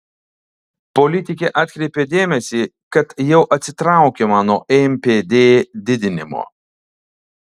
politikė atkreipė dėmesį kad jau atsitraukiama nuo npd didinimo